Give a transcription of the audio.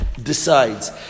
decides